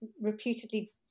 reputedly